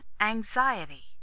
Anxiety